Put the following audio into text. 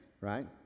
Right